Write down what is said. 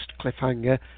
cliffhanger